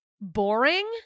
Boring